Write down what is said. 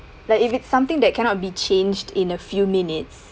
like if it's something that cannot be changed in a few minutes